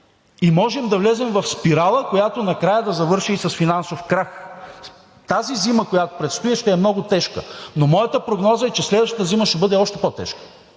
можем да влезем в спирала, която накрая да завърши и с финансов крах. Тази зима, която предстои, ще е много тежка, но моята прогноза е, че следващата зима ще бъде още по-тежка.